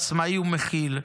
עצמאי ומכיל,